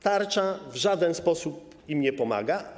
Tarcza w żaden sposób im nie pomaga.